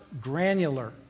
granular